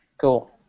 Cool